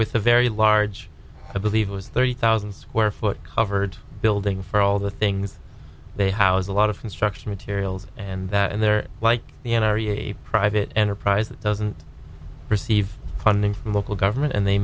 with a very large i believe it was thirty thousand square foot covered building for all the things they housed a lot of construction materials and that and they're like the n r a a private enterprise that doesn't receive funding from local government and they